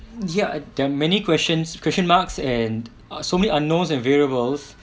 ya there are many questions question marks and so many unknowns and variables